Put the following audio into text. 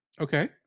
Okay